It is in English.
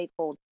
stakeholders